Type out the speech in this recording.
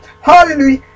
hallelujah